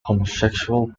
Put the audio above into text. homosexual